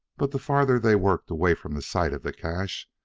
but the farther they worked away from the site of the cache,